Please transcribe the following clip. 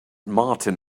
martin